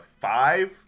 five